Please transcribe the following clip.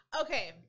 okay